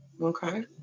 okay